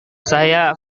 saya